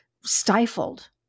stifled